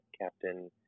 Captain